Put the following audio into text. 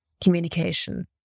communication